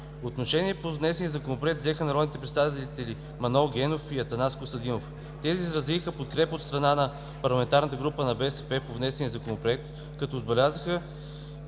Отношение по внесения законопроект взеха народните представители Манол Генов и Атанас Костадинов. Те изразиха подкрепа от страна на парламентарната група на БСП по внесения законопроект, като отбелязаха,